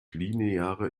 lineare